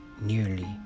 nearly